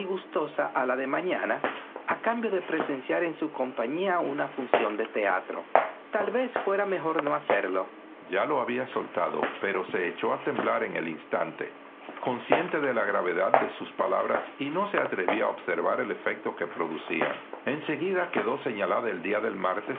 gustosa a la de mañana a cambio de presenciar en su compañía una función de teatro pero tal vez fuera mejor no hacerlo ya lo había soltado pero se echó a temblar en el instante consciente de la gravedad de sus palabras y ni se atrevió a observar el efecto que producían en seguida quedó señalado el día del martes